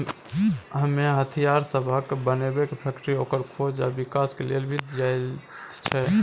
इमे हथियार सबहक बनेबे के फैक्टरी, ओकर खोज आ विकास के लेल भी देल जाइत छै